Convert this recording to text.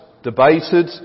Debated